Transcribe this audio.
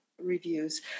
reviews